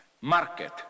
market